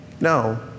No